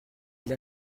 elle